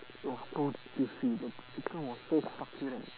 it was so juicy the chicken was so succulent